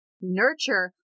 Nurture